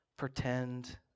pretend